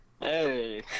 Hey